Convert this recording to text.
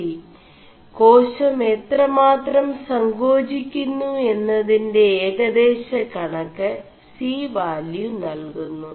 േകാശം എ4തമാ4തം സേ ാചി ുMു എMതിെ ഏകേദശ കണ ് സി വാലçø നൽകുMു